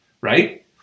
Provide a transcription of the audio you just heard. Right